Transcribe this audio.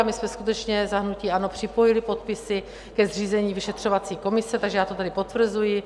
My jsme skutečně za hnutí ANO připojili podpisy ke zřízení vyšetřovací komise, takže já to tady potvrzuji.